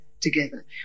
together